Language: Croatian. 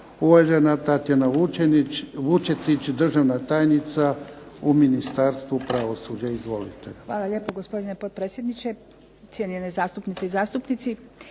Uvažena Tatjana Vučetić, državna tajnica u Ministarstvu pravosuđa. Izvolite. **Vučetić, Tatijana** Hvala lijepo gospodine potpredsjedniče, cijenjene zastupnice i zastupnici.